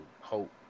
hope